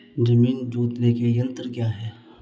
जमीन जोतने के यंत्र क्या क्या हैं?